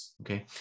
Okay